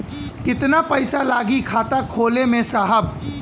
कितना पइसा लागि खाता खोले में साहब?